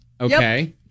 Okay